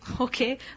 Okay